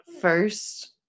First